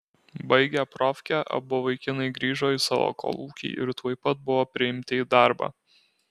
baigę profkę abu vaikinai grįžo į savo kolūkį ir tuoj pat buvo priimti į darbą